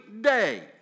day